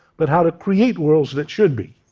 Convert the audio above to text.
but how to create worlds that should be.